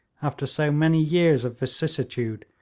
after so many years of vicissitude,